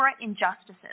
injustices